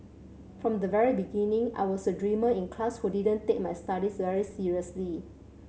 from the very beginning I was a dreamer in class who didn't take my studies very seriously